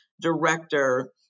director